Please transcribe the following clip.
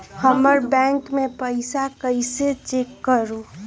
हमर बैंक में पईसा कईसे चेक करु?